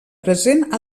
present